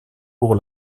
pour